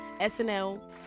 SNL